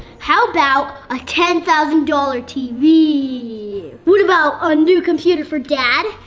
how about a ten thousand dollars tv what about a new computer for dad?